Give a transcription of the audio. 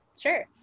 Sure